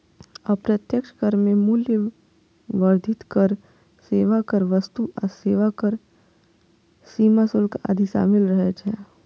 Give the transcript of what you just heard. अप्रत्यक्ष कर मे मूल्य वर्धित कर, सेवा कर, वस्तु आ सेवा कर, सीमा शुल्क आदि शामिल रहै छै